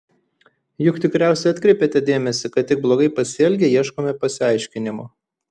juk tikriausiai atkreipėte dėmesį kad tik blogai pasielgę ieškome pasiaiškinimų